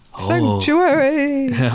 sanctuary